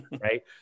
Right